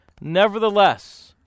Nevertheless